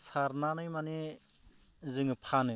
सारनानै माने जोङो फानो